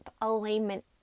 alignment